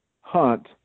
hunt